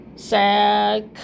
Sad